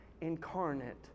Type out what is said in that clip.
incarnate